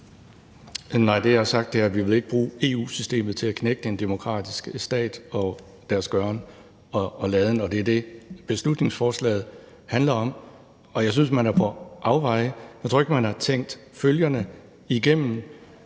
Nej, det, jeg har sagt, er, at vi ikke vil bruge EU-systemet til at knægte en demokratisk stat og dens gøren og laden, og det er det, beslutningsforslaget handler om. Jeg synes, man er på afveje, for jeg tror ikke, man har tænkt følgerne igennem.